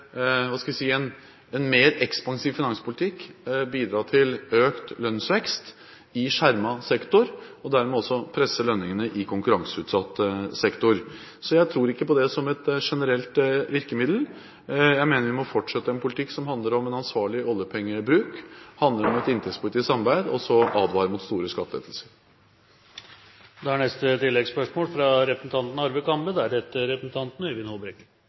en mer ekspansiv finanspolitikk bidra til økt lønnsvekst i skjermet sektor og dermed også presse lønningene i konkurranseutsatt sektor. Så jeg tror ikke på det som et generelt virkemiddel. Jeg mener vi må fortsette en politikk som handler om en ansvarlig oljepengebruk, som handler om et inntektspolitisk samarbeid, og så advare mot store skattelettelser. Arve Kambe – til oppfølgingsspørsmål. Fra